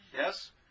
Yes